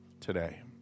today